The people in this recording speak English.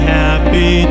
happy